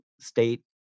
state